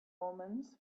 omens